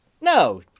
No